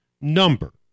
number